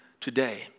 today